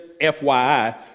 FYI